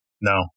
no